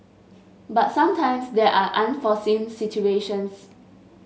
but sometimes there are unforeseen situations